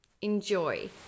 Enjoy